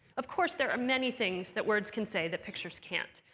of course, there are many things that words can say that pictures can't.